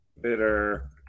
Bitter